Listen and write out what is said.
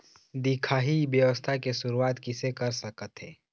दिखाही ई व्यवसाय के शुरुआत किसे कर सकत हे?